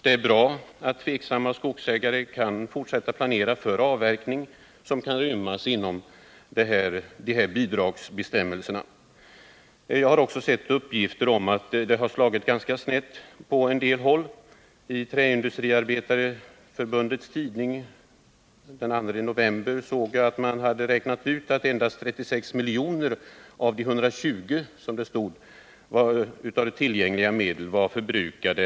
Det är bra att tveksamma skogsägare kan fortsätta att planera för avverkning som kan rymmas inom bidragsbestämmelserna. Jag har också sett uppgifter om att det har slagit ganska snett på en del håll. I Träindustriarbetareförbundets tidning för den 2 november såg jag att man hade räknat ut att endast 36 av de 120 miljonerna, som det stod, i tillgängliga medel var ianspråktagna.